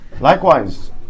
likewise